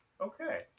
okay